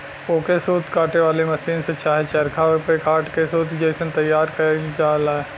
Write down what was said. ओके सूत काते वाले मसीन से चाहे चरखा पे कात के सूत जइसन तइयार करल जाला